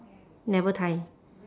never tie